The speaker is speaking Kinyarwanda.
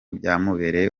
byamubereye